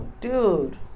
Dude